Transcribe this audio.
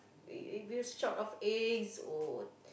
if if you short of eggs or